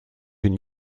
une